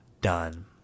done